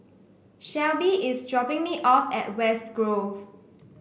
Shelbi is dropping me off at West Grove